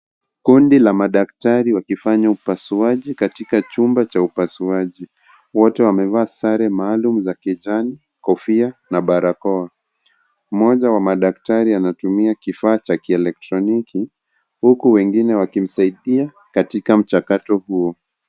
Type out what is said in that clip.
Kundi la madaktari wakifanya upasuaji katika chumba cha upasuaji. Wote wamevaa sare maalum za kijani, kofia na barakoa. Mmoja wa madaktari anatumia kifaa cha kielektroniki, huku wengine wakimsaidia katika mchakato huo.